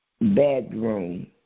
bedroom